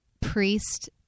priest